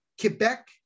Quebec